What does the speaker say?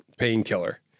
Painkiller